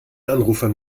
anrufern